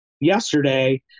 yesterday